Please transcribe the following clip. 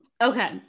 Okay